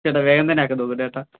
ചേട്ടാ വേഗം തന്നെ അയക്കാൻ നോക്കൂ ചേട്ടാ